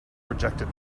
projected